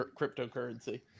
cryptocurrency